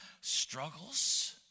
struggles